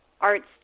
arts